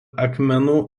akmenų